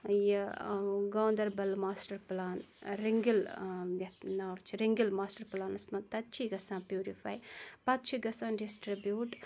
یہِ Ganderbal master plan رنگِل یَتھ ناو چھِ رنگِل ماسٹَر پلانَس منٛز تَتہِ چھ یہِ گَژھَان پیوٗرِفاے پَتہٕ چھُ گَژھَان ڈِسٹربیوٗٹ